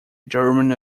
german